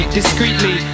discreetly